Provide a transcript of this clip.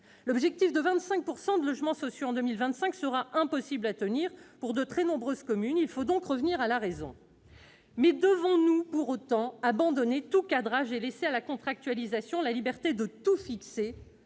L'objectif de 25 % de logements sociaux en 2025 sera impossible à tenir pour de très nombreuses communes. Il faut donc revenir à la raison. Néanmoins, devons-nous pour autant abandonner tout cadrage et laisser à la contractualisation la liberté de tout fixer ?